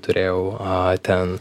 turėjau a ten